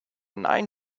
nine